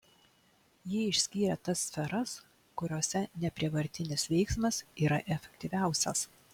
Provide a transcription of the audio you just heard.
jie išskyrė tas sferas kuriose neprievartinis veiksmas yra efektyviausias